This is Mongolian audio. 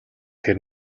тэр